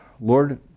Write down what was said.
Lord